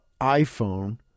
iPhone